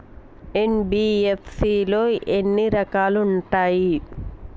NBFC లో ఎన్ని రకాలు ఉంటాయి?